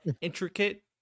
intricate